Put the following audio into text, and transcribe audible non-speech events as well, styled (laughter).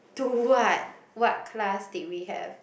do (breath) what what class did we have